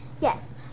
Yes